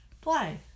play